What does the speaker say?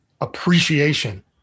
appreciation